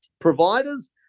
providers